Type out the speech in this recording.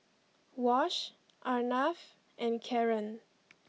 Wash Arnav and Karren